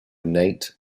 innate